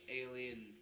alien